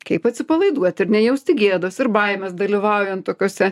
kaip atsipalaiduot ir nejausti gėdos ir baimės dalyvaujant tokiose